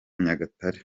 nyagatare